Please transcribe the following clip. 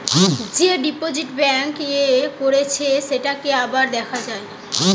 যে deposit bank এ করেছে সেটাকে আবার দেখা যায়